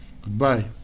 Goodbye